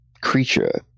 creature